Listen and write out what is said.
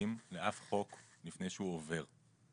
משאבים לאף חוק לפני שהוא עובר.